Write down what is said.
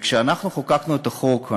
וכשאנחנו חוקקנו את החוק,